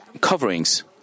coverings